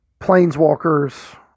Planeswalkers